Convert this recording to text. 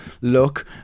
look